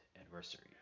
adversary